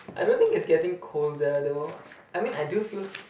I don't think it's getting colder though I mean I do feel